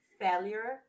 failure